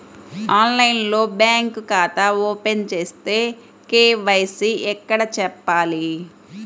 ఆన్లైన్లో బ్యాంకు ఖాతా ఓపెన్ చేస్తే, కే.వై.సి ఎక్కడ చెప్పాలి?